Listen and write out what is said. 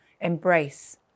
embrace